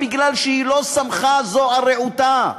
כי סיעה לא סמכה על רעותה.